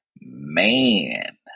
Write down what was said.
man